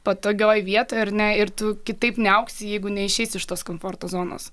patogioj vietoj ar ne ir tu kitaip neaugsi jeigu neišeisi iš tos komforto zonos